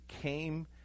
came